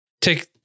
take